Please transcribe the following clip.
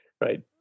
right